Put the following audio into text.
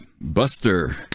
Buster